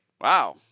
Wow